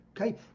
okay